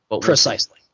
Precisely